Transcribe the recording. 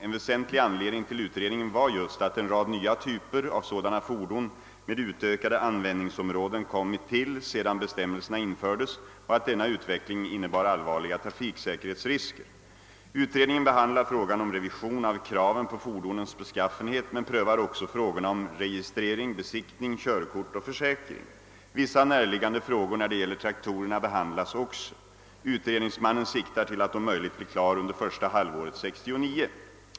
En väsentlig anledning till utredningen var just att en rad nya typer av sådana fordon med utökade användningsområden kommit till sedan bestämmelserna infördes och att denna utveckling innebär allvarliga trafiksäkerhetsrisker. Utredningen <behandlar frågan om revision av kraven på fordonens beskaffenhet men prövar också frågorna om registrering, besiktning, körkort och försäkring. Vissa närliggande frågor när det gäller traktorerna behandlas också. Utredningsmannen siktar till att om möjligt bli klar under första halvåret 1969.